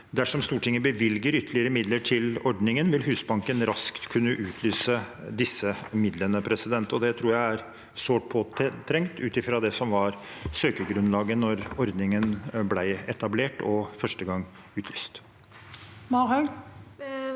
Dersom Stortinget bevilger ytterligere midler til ordningen, vil Husbanken raskt kunne utlyse disse midlene. Det tror jeg er sårt tiltrengt, ut fra det som var søkergrunnlaget da ordningen ble etablert og utlyst